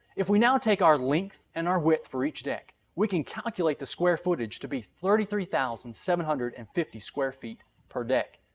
if we now take our length and width for each deck, we can calculate the square footage to be thirty three thousand seven hundred and fifty square feet per deck,